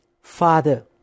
Father